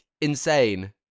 insane